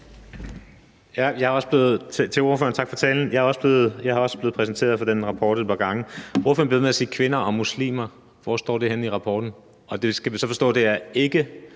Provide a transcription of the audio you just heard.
Jeg er også blevet præsenteret for den rapport et par gange. Ordføreren bliver ved med at sige kvinder og muslimer. Hvor står det i rapporten? Og hvorfor deler ordføreren